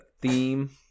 theme